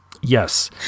Yes